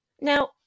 Now